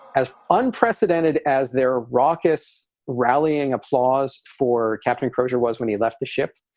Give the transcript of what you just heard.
as unprecedented as their raucous rallying applause for captain crozier was when he left the ship.